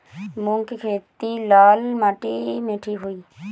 मूंग के खेती लाल माटी मे ठिक होई?